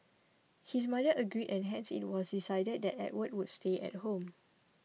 his mother agreed and hence it was decided that Edward would stay at home